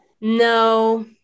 No